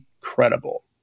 credible